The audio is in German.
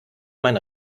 meine